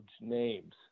names